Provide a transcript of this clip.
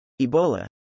Ebola